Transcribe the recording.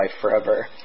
forever